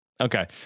okay